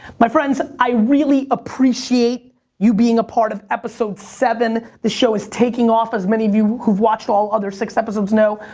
my friends, i really appreciate you being a part of episode seven. this show is taking off, as many of you who've watched all other six episodes know.